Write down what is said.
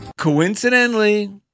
Coincidentally